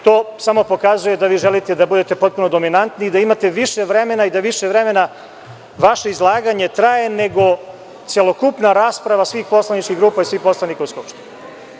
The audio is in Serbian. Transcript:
To samo pokazuje da vi želite da budete potpuno dominantni i da imate više vremena i da više vremena vaše izlaganje traje nego celokupna rasprava svih poslaničkih grupa i svih poslanika u Skupštini.